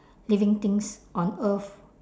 living things on earth